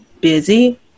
busy